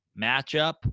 matchup